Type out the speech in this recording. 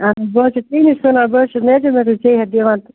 اَہَن حظ بہٕ حظ چھُس ژےٚ نِش سُوٕناوان بہٕ حظ چھَس میجَرمٮ۪نٛٹ ژےٚ ہٮ۪تھ دِوان تہٕ